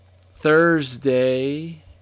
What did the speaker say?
Thursday